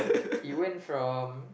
it went from